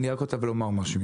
אני רק רוצה לומר משהו.